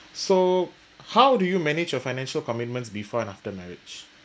so how do you manage your financial commitments before and after marriage